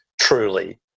truly